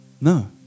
No